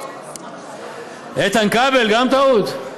איתן כבל גם טעות?